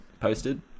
posted